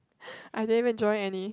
I didn't even join any